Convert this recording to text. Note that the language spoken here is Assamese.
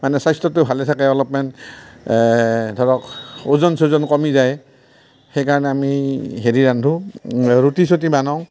মানে স্বাস্থ্যটো ভালে থাকে অলপমান ধৰক ওজন চুজন কমি যায় সেইকাৰণে আমি হেৰি ৰান্ধোঁ ৰুটি চুটি বানাও